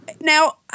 now